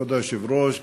כבוד היושב-ראש,